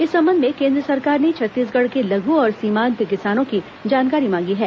इस संबंध में केंद्र सरकार ने छत्तीसगढ़ के लघ् और सीमांत किसानों की जानकारी मांगी है